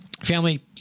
Family